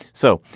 so,